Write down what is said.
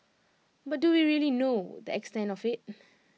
but do we really know the extent of IT